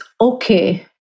okay